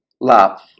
love